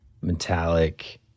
metallic